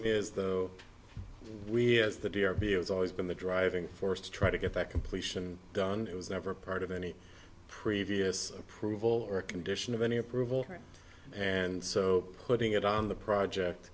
that we as the d r p is always been the driving force to try to get that completion done it was never a part of any previous approval or condition of any approval and so putting it on the project